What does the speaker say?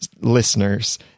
listeners